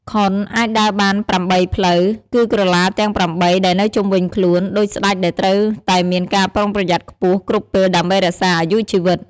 ខុន អាចដើរបានប្រាំបីផ្លូវ គឺក្រឡាទាំងប្រាំបីដែលនៅជុំវិញខ្លួន ដូចស្តេចដែលត្រូវតែមានការប្រុងប្រយ័ត្នខ្ពស់គ្រប់ពេលដើម្បីរក្សាអាយុជីវិត។